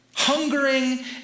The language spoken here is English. hungering